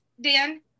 Dan